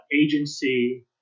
agency